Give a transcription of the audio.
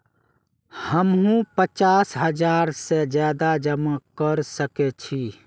हमू पचास हजार से ज्यादा जमा कर सके छी?